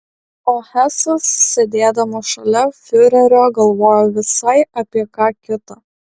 o hesas sėdėdamas šalia fiurerio galvojo visai apie ką kitą